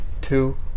two